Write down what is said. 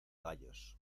gallos